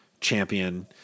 champion